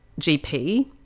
GP